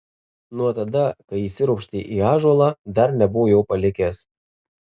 nuo tada kai įsiropštė į ąžuolą dar nebuvo jo palikęs